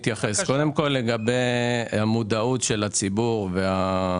מבחינת המודעות של הציבור בישראל,